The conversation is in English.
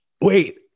wait